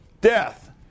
death